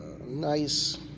nice